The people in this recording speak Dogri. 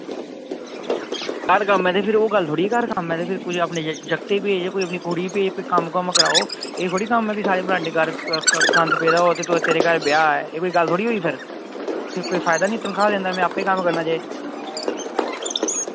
घर कम्म ऐ ते फिर ओ गल्ल थोह्ड़ी ऐ घर कम्म ऐ ते फिर कोई अपने जागते भेज कोई अपनी कुड़ी भेज कोई कम्म कुम्म कराओ एह् थोह्ड़ी कम्म ऐ कि सारे बरांडे घर गंद पेदा हो ते तेरे घर ब्याह् ऐ एह् बी गल्ल थोह्ड़ी होई फिर तुई कोई फायदा निं तनखाह् देने दा में आपूं कम्म करना जे